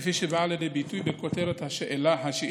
כפי שבאה לידי ביטוי בכותרת השאילתה,